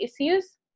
issues